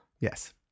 Yes